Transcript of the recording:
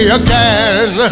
again